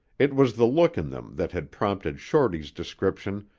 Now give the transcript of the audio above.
it was the look in them that had prompted shorty's description,